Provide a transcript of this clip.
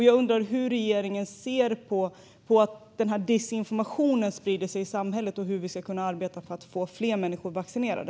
Jag undrar hur regeringen ser på att den här desinformationen sprider sig i samhället och hur vi ska kunna arbeta för att få fler människor vaccinerade.